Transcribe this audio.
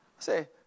Say